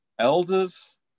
elders